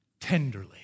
tenderly